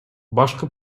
башкы